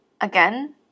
Again